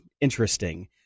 interesting